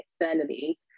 externally